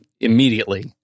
immediately